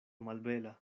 malbela